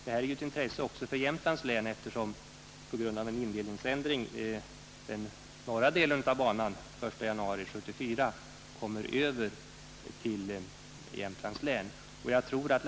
Frågan är ju av intresse också för Jämtlands län eftersom, på grund av en indelningsändring, den norra delen av banan den 1 januari 1974 kommer att ligga nära Jämtlands län.